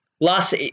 Last